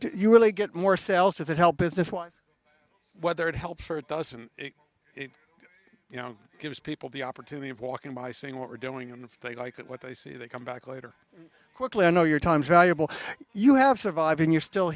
you really get more sales does it help business wise whether it helps doesn't it you know gives people the opportunity of walking by seeing what we're doing and if they like what they see that come back later quickly you know your time's valuable you have survived and you're still